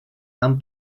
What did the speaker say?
han